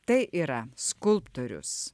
tai yra skulptorius